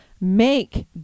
Make